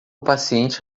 paciente